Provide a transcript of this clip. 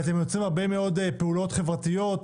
ואתם יוצרים הרבה מאוד פעולות חברתיות,